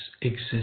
exist